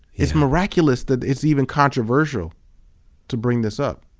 it's miraculous that it's even controversial to bring this up.